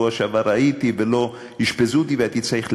לסדר-היום בדבר הצורך בהקמת ועדת חקירה